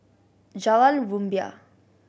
Jalan Rumbia